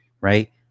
Right